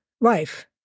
life